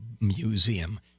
museum